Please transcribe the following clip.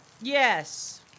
Yes